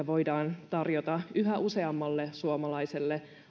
voidaan tarjota yhä useammalle suomalaiselle